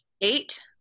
eight